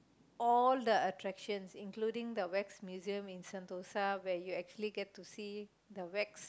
all the attraction including the wax museum in Sentosa where you actually get to see the wax